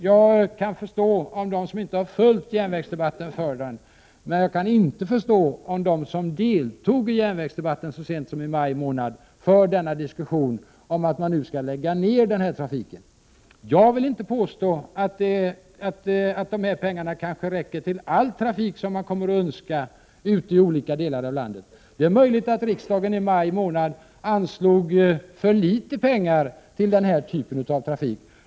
Jag kan förstå att de som inte följt järnvägsdebatten för den, men jag kan inte förstå att de som deltog i järnvägsdebatten så sent som i maj månad för denna diskussion om att den nämnda trafiken nu skall läggas ned. Jag vill inte påstå att pengarna räcker till all trafik som önskas ute i olika delar av landet. Det är möjligt att riksdagen i maj månad anslog för litet pengar till denna typ av trafik.